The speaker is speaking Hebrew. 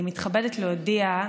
אני מתכבדת להודיע,